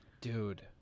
dude